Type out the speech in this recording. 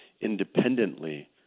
independently